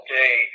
day